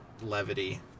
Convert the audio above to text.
levity